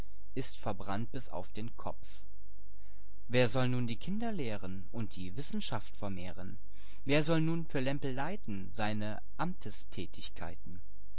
ist verbrannt bis auf den kopf wer soll nun die kinder lehren und die wissenschaft vermehren wer soll nun für lämpel leiten seine